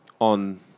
on